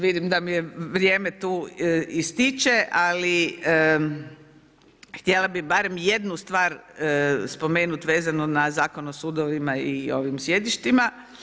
Vidim da mi je vrijeme tu, ističe ali htjela bi barem jednu stvar spomenuti vezano na Zakon o sudovima i ovim sjedištima.